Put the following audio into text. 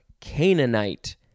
Canaanite